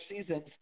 seasons